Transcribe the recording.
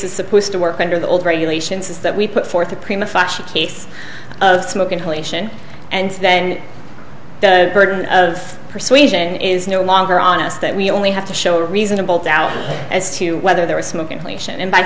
is supposed to work under the old regulations is that we put forth a prima fascia case of smoke inhalation and then the burden of persuasion is no longer on us that we only have to show reasonable doubt as to whether there was smoke inhalation and b